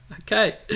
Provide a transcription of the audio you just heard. Okay